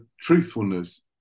truthfulness